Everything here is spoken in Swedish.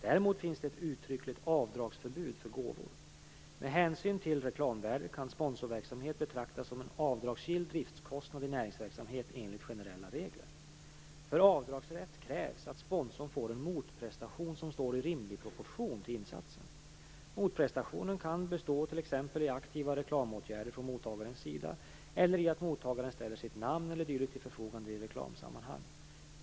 Däremot finns det ett uttryckligt avdragsförbud för gåvor. Med hänsyn till reklamvärdet kan sponsorverksamhet betraktas som en avdragsgill driftkostnad i näringsverksamhet enligt generella regler. För avdragsrätt krävs att sponsorn får en motprestation som står i rimlig proportion till insatsen. Motprestationen kan bestå t.ex. i aktiva reklamåtgärder från mottagarens sida eller i att mottagaren ställer sitt namn e.d. till förfogande i reklamsammanhang.